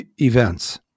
events